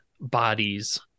bodies